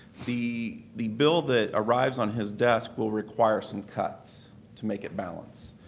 the the bill that arrives on his desk will require some cuts to make it balance.